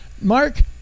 mark